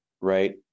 Right